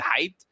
hyped